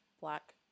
black